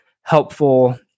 helpful